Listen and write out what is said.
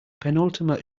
penultimate